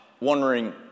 wondering